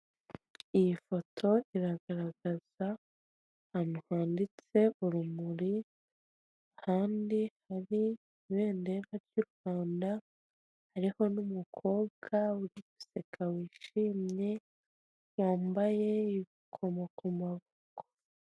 Iyi foto iragaragaza ahantu handitse urumuri Kandi hari ibendera ry'u rwanda hariho n'umukobwa uri guseka wishimye wambaye ibikomo ku maboko.